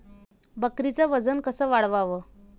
बकरीचं वजन कस वाढवाव?